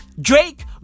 Drake